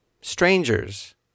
strangers